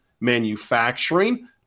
manufacturing